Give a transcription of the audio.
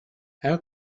how